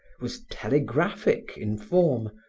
was telegraphic in form,